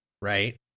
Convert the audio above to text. right